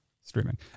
streaming